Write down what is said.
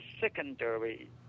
secondary